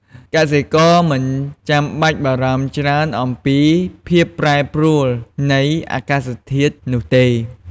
កសិករមិនចាំបាច់បារម្ភច្រើនអំពីភាពប្រែប្រួលនៃអាកាសធាតុនោះទេ។